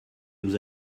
nous